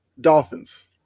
Dolphins